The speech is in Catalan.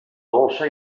dolça